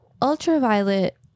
Ultraviolet